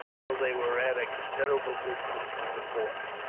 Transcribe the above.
till they were at a considerable distance from the fort.